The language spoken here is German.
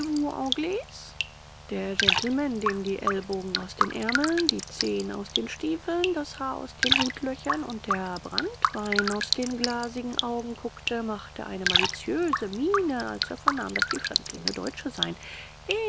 der gentleman dem die ellbogen aus den ärmeln die zehen aus den stiefeln das haar aus den hutlöchern und der branntwein aus den glasigen augen guckte machte eine maliziöse miene als er vernahm daß die fremdlinge deutsche seien